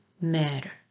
matter